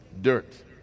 dirt